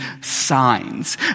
signs